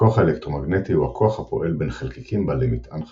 הכוח האלקטרומגנטי הוא הכוח הפועל בין חלקיקים בעלי מטען חשמלי.